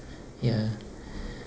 ya